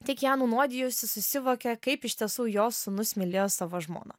tik ją nunuodijusi susivokė kaip iš tiesų jos sūnus mylėjo savo žmoną